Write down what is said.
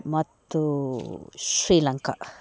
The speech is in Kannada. ಮತ್ತು ಶ್ರೀಲಂಕ